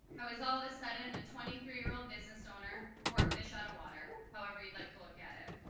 how was all of a sudden. a twenty three year old business owner or a fish out of water. however you'd like to look at it.